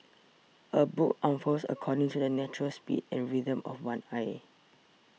a book unfurls according to the natural speed and rhythm of one eye